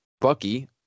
Bucky